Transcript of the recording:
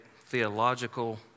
theological